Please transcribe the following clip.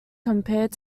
compared